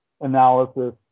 analysis